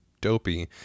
dopey